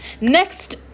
Next